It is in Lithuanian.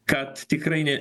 kad tikrai ne